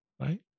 right